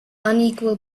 unequal